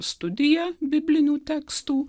studija biblinių tekstų